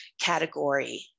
category